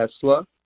Tesla